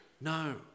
No